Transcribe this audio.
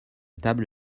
table